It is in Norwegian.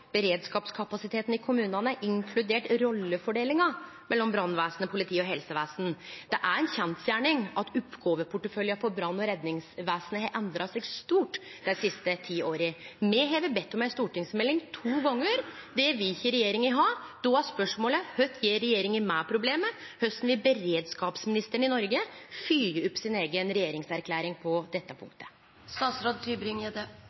beredskapskapasiteten i kommunane, inkludert rollefordelinga mellom brannvesen, politi og helsevesen. Det er ei kjensgjerning at oppgåveporteføljen for brann- og redningsvesenet har endra seg stort dei siste ti åra. Me har bedt om ei stortingsmelding to gonger. Det vil ikkje regjeringa ha. Då er spørsmålet: Kva gjer regjeringa med problemet? Korleis vil beredskapsministeren i Noreg fylgje opp si eiga regjeringserklæring på dette